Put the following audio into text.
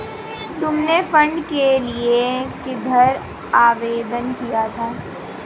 तुमने फंड के लिए किधर आवेदन किया था?